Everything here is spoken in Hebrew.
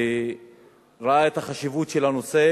ראה את החשיבות של הנושא